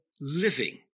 living